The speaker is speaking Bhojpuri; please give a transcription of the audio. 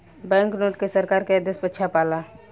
बैंक नोट के सरकार के आदेश पर छापाला